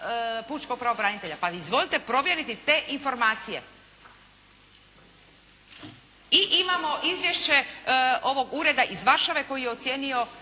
pučkog pravobranitelja. Pa izvolite provjeriti te informacije. I imamo izvješće ureda iz Varšave koji je ocijenio